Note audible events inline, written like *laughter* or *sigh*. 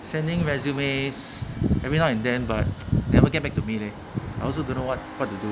sending resumes every now and then but *noise* never get back to me leh I also don't know what what to do